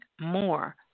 more